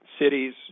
cities